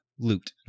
loot